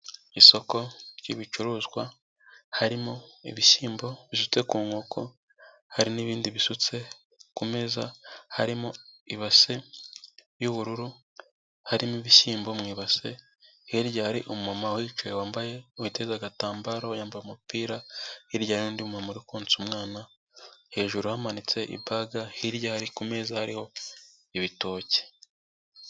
Isoko ry'ibicuruzwa harimo ibishyimbo bisutse ku nkoko, hari n'ibindi bisutse ku meza, harimo ibase y'ubururu, harimo ibishyimbo mu ibase, hirya hari umumama uhicaye wambaye witeze agatambaro yambaye umupira, hirya hari n'undi mumama uri konsa umwana, hejuru hamanitse ibaga, hirya hari ku meza hariho ibitoki.